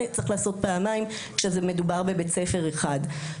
צריכה להיעשות פעמיים כשמדובר בבית ספר אחד.